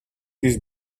his